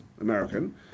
American